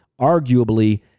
arguably